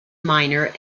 minor